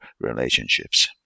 relationships